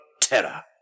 terror